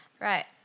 Right